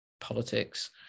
politics